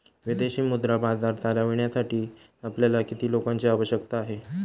विदेशी मुद्रा बाजार चालविण्यासाठी आपल्याला किती लोकांची आवश्यकता आहे?